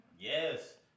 Yes